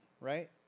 right